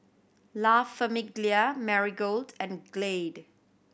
La Famiglia Marigold and Glade